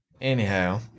anyhow